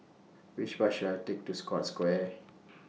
Which Bus should I Take to Scotts Square